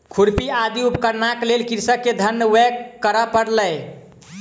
खुरपी आदि उपकरणक लेल कृषक के धन व्यय करअ पड़लै